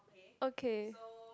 ok